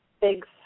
big